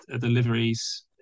deliveries